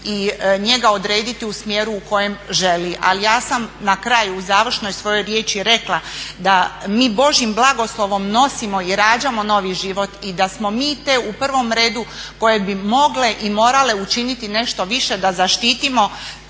i njega odrediti u smjeru u kojem želi. Ali ja sam na kraju u završnoj svojoj riječi rekla da mi božjim blagoslovom nosimo i rađamo novi život i da smo mi te u prvom redu koje bi mogle i morale učiniti nešto više da zaštitimo